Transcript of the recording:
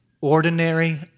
ordinary